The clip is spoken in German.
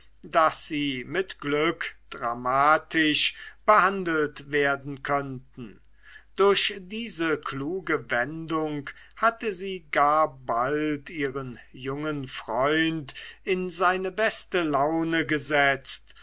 daß sie mit glück dramatisch behandelt werden könnten durch diese kluge wendung hatte sie gar bald ihren jungen freund in seine beste laune gesetzt